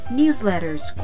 newsletters